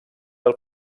del